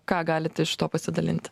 ką galite iš to pasidalinti